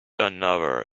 another